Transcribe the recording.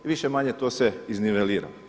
I više-manje to se iznivelira.